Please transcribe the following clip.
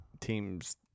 teams